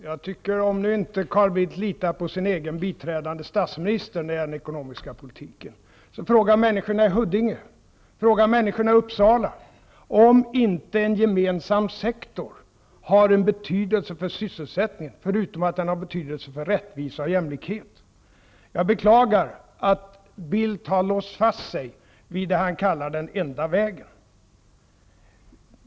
Fru talman! Om nu Carl Bildt inte litar på sin egen biträdande statsminister när det gäller den ekonomiska politiken, kan han fråga människorna i Huddinge, fråga människorna i Uppsala om inte en gemensam sektor har betydelse för sysselsättningen, förutom att den har betydelse för rättvisa och jämlikhet. Jag beklagar att Carl Bildt har låst sig fast vid det han kallar den enda vägen.